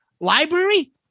library